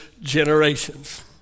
generations